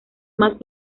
más